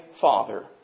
Father